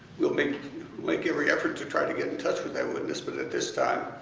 we'll make like every effort to try to get in touch with that witness but at this time,